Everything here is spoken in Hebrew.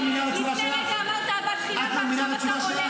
לפני רגע אמרת אהבת חינם, ועכשיו אתה עולב בי.